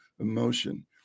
emotion